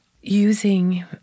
using